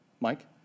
Mike